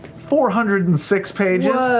four hundred and six pages.